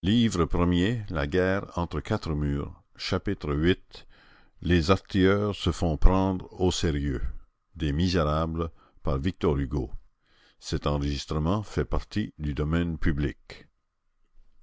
la situation s'aggrave chapitre viii les artilleurs se font prendre au sérieux